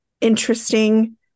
interesting